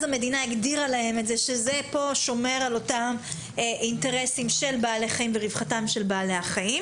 המדינה הגדירה להם שזה שומר על רווחתם של בעלי החיים